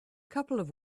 couple